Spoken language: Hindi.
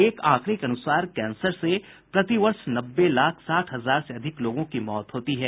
एक आंकड़े के अनुसार कैंसर से प्रतिवर्ष नब्बे लाख साठ हजार से अधिक लोगों की मौत होती है